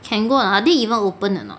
can go or not ah are they even open or not